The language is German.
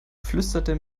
flüsterte